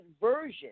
version